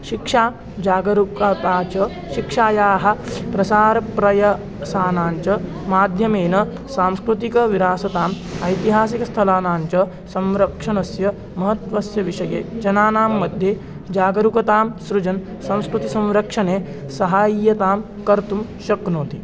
शिक्षा जागरूकता च शिक्षायाः प्रसारप्रयासानाञ्च माध्यमेन सांस्कृतिकविरासताम् ऐतिहासिकस्थलानां च संरक्षणस्य महत्त्वस्य विषये जनानां मध्ये जागरूकतां सृजन् सांस्कृतिसंरक्षणे सहायतां कर्तुं शक्नोति